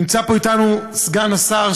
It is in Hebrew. נמצא פה איתנו סגן השר,